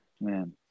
man